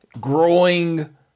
growing